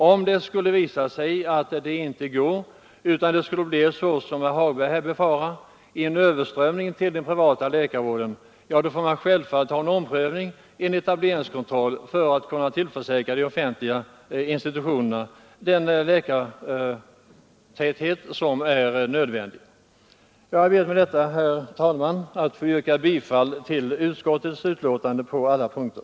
Om det skulle visa sig att man inte lyckas med detta utan det skulle bli, som herr Hagberg i Borlänge befarar, en överströmning av läkare till den privata läkarvården, får man självfallet överväga en etableringskontroll för att tillförsäkra de offentliga institutionerna det antal läkare som är nödvändigt. Jag ber med det anförda, herr talman, att få yrka bifall till utskottets hemställan på alla punkter.